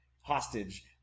hostage